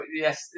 yes